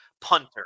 punter